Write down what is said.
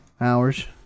hours